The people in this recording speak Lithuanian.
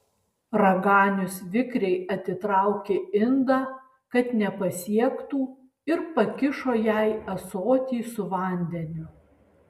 raganius vikriai atitraukė indą kad nepasiektų ir pakišo jai ąsotį su vandeniu